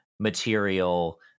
material